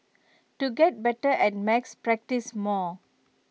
to get better at maths practise more